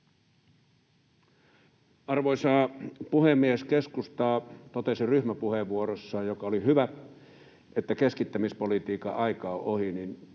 Arvoisa puhemies! Keskusta totesi ryhmäpuheenvuorossaan, joka oli hyvä, että keskittämispolitiikan aika on ohi.